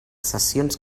sessions